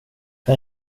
kan